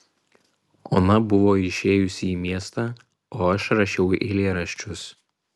ona buvo išėjusi į miestą o aš rašiau eilėraščius